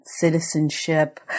citizenship